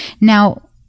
Now